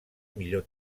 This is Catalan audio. millor